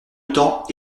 temps